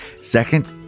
Second